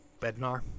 Bednar